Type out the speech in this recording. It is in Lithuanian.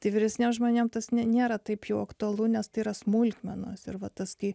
tai vyresniems žmonėms tas nėra taip jau aktualu nes tai yra smulkmenos ir va tas kai